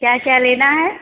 क्या क्या लेना है